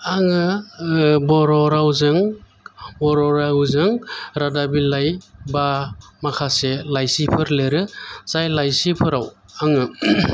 आङो बर' रावजों बर' रावजों रादाब बिलाइ बा माखासे लाइसिफोर लिरो जाय लाइसिफोराव आङो